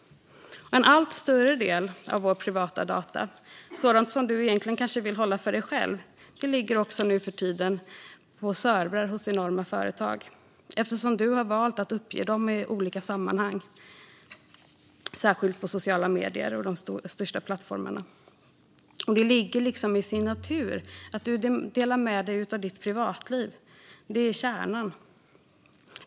En allt större del av våra privata data, sådant du egentligen kanske vill hålla för dig själv, ligger nu för tiden på servrar hos enorma företag eftersom du har valt att uppge dem i olika sammanhang, särskilt på sociala medier och de största plattformarna. Det ligger i de sociala mediernas natur att du delar med dig av ditt privatliv. Det är själva kärnan.